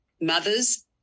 mothers